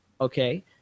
Okay